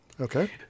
Okay